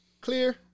Clear